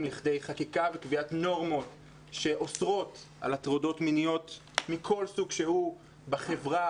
לכדי חקיקה וקביעת נורמות שאוסרות על הטרדות מיניות מכל סוג שהוא בחברה: